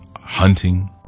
hunting